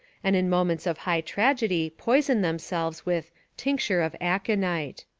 and in moments of high tragedy poison themselves with tincture of aconite.